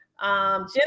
Jennifer